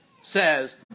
says